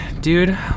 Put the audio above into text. Dude